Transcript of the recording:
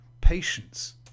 patience